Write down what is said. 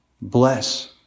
Bless